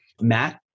Matt